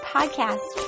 Podcast